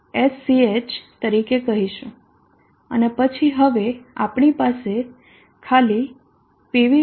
sch તરીકે કહીશું અને પછી હવે આપણી પાસે ખાલી pv